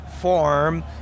form